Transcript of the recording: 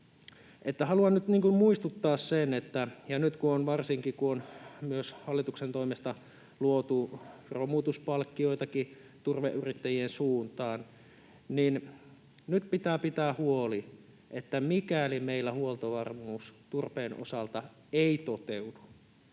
Haluan nyt muistuttaa siitä, varsinkin, kun nyt on myös hallituksen toimesta luotu romutuspalkkioitakin turveyrittäjien suuntaan, että nyt pitää pitää huoli, että mikäli meillä huoltovarmuus turpeen osalta ei toteudu